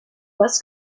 was